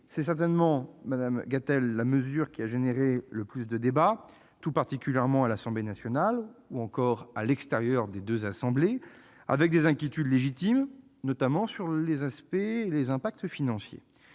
C'est certainement, madame Gatel, la mesure qui a entraîné le plus de débats, tout particulièrement à l'Assemblée nationale ou à l'extérieur des deux assemblées. Des inquiétudes légitimes se sont exprimées, notamment sur les impacts financiers.